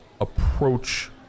approach